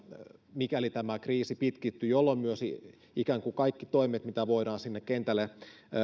mikäli tämä kriisi pitkittyy jolloin myös ikään kuin kaikki toimet mitä voidaan sinne kentälle